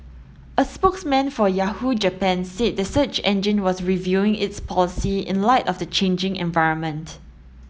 a spokesman for Yahoo Japan said the search engine was reviewing its policy in light of the changing environment